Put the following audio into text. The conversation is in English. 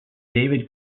david